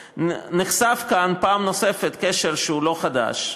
ונחשף כאן פעם נוספת קשר שהוא לא חדש,